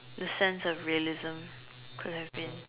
the sense of realism could have been